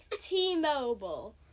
T-Mobile